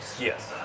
Yes